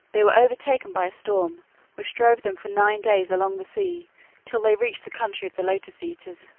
they were overtaken by a storm which drove them for nine days along the sea till they reached the country of the lotus-eaters.